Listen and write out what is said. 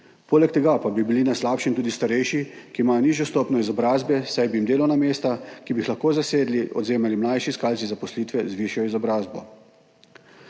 Poleg tega pa bi bili na slabšem tudi starejši, ki imajo nižjo stopnjo izobrazbe, saj bi jim delovna mesta, ki bi jih lahko zasedli, odvzemali mlajši iskalci zaposlitve z višjo izobrazbo.